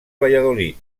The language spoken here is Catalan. valladolid